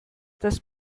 das